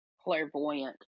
clairvoyant